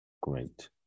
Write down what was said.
Great